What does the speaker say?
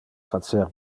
facer